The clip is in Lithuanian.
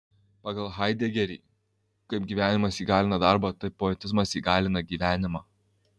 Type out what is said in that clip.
pagal haidegerį kaip gyvenimas įgalina darbą taip poetizmas įgalina gyvenimą